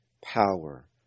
Power